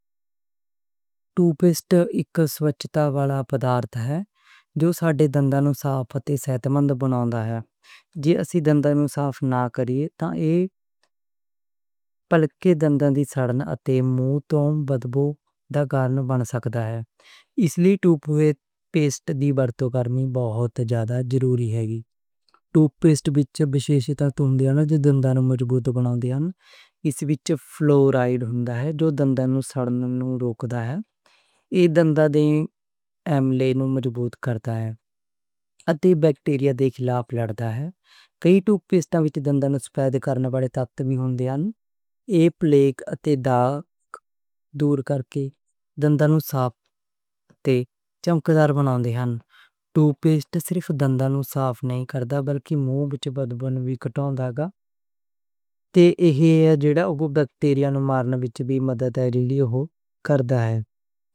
Tooth paste اک صفائی والا مادہ ہے جو ساڈے دانت صاف تے صحت مند بناؤندا ہے۔ جے اسی دانت صاف نہ کریے تاں ایہ پلاک، دانتاں دی سڑن تے منہ دی بدبو دا سبب بن سکدا ہے۔ اس لئی ٹوتھ پیسٹ دا استعمال کرنا بہت زیادہ ضروری ہے۔ ٹوتھ پیسٹ وچ مخصوص اجزا ہوندے نیں جو دانتاں نوں مضبوط بناؤندے نیں۔ اس وچ فلو رائڈ ہوندا ہے جو دانتاں دی سڑن نوں روکدا ہے۔ ایہ اینامیل مضبوط کردا ہے تے ایہ بیکٹیریا دے خلاف لڑدا ہے۔ کئی ٹوتھ پیسٹ وچ دانتاں نوں سفیدی دینے والے اجزا وی ہوندے نیں۔ ایہ پلاک تے داغ دور کرکے دانتاں نوں صاف تے چمکدار بناؤندے نیں۔ ٹوتھ پیسٹ صرف دانتاں نوں صاف نہیں کردا بلکہ منہ وچ بدبو وی کڈدا ہے۔ تے ایہ اوہ بیکٹیریا نوں مارن وچ وی مددگار ہوندا ہے۔